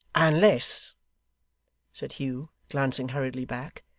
unless said hugh, glancing hurriedly back